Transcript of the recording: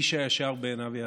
איש הישר בעיניו יעשה".